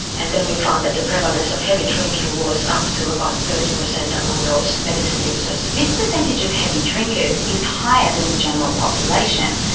and then we found that the prevalence of heavy drinking was up to about thirty percent among those medicine users. this percentage of heavy drinkers is higher than the general population,